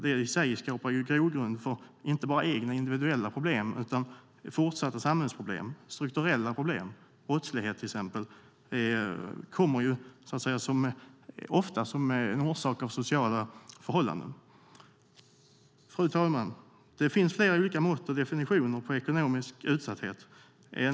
Det i sig skapar nämligen en grogrund för inte bara egna, individuella problem utan också fortsatta samhällsproblem - strukturella problem. Brottslighet kommer ofta som en orsak av sociala förhållanden. Fru talman! Det finns flera olika mått och definitioner på ekonomisk utsatthet.